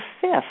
fifth